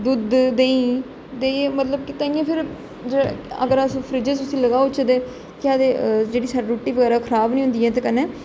दुद्ध देहीं देही मतलब कि ताहियैं फिर अगर अस फ्रिंज च उसी लाई ओड़चै तां केह् आक्खदे जेहड़ी साढ़ी रोटी बगैरा खराब नेईं होंदी ऐ एहदे कन्नै